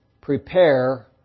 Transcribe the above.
Prepare